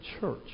church